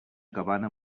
cabana